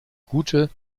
gute